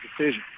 decision